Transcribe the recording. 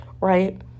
right